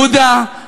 עודה,